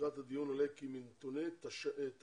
לקראת הדיון עולה כי מנתוני תש"פ,